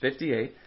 58